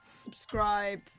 subscribe